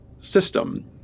system